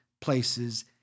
places